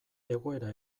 egoera